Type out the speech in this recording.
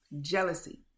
jealousy